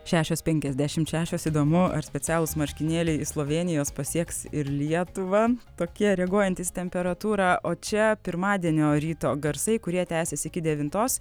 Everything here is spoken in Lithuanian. šešios penkiasdešimt šešios įdomu ar specialūs marškinėliai slovėnijos pasieks ir lietuvą tokie reaguojantys temperatūrą o čia pirmadienio ryto garsai kurie tęsiasi iki devintos